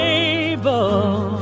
able